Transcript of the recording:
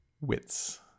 wits